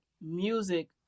music